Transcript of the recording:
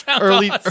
early